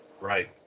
Right